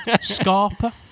Scarpa